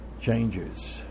Changes